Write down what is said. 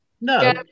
No